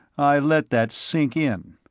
i let that sink in.